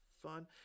fun